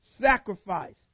sacrifice